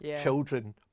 children